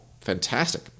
Fantastic